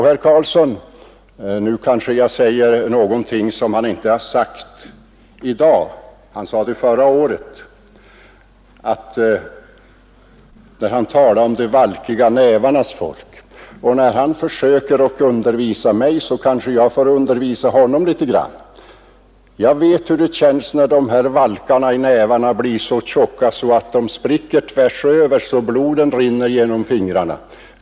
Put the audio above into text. Herr Carlsson talade kanske inte i dag om de valkiga nävarnas folk men han gjorde det förra året. Eftersom han försöker undervisa mig, kanske jag kan få undervisa honom litet grand. Jag vet hur det känns när valkarna i nävarna blir så tjocka att de spricker tvärs över och blodet rinner mellan fingrarna.